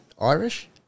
Irish